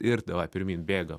ir davai pirmyn bėga